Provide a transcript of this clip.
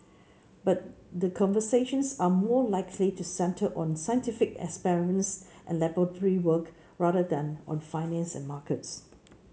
but the conversations are more likely to centre on scientific experiments and laboratory work rather than on finance and markets